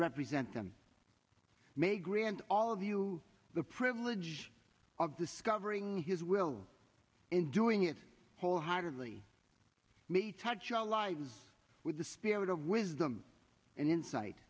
represent them may grant all of you the privilege of discovering his will and doing it wholeheartedly may touch our lives with the spirit of wisdom and insi